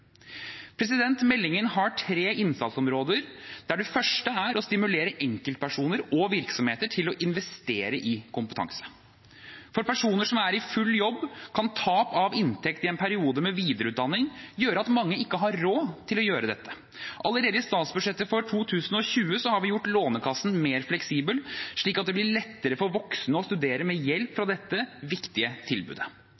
Meldingen har tre innsatsområder. Det første er å stimulere enkeltpersoner og virksomheter til å investere i kompetanse. For personer som er i full jobb, kan tap av inntekt i en periode med videreutdanning gjøre at mange ikke har råd til dette. Allerede i statsbudsjettet for 2020 har vi gjort Lånekassen mer fleksibel, slik at det blir lettere for voksne å studere med hjelp